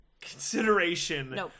consideration